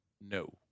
No